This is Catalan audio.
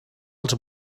els